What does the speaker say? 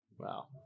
Wow